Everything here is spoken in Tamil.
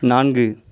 நான்கு